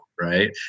right